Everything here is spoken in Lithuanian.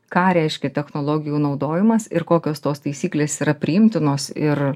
ką reiškia technologijų naudojimas ir kokios tos taisyklės yra priimtinos ir